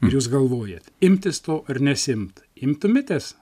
ir jūs galvojat imtis to ar nesiimti imtumėtės